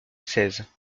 seize